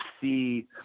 see